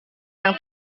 yang